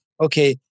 okay